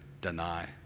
deny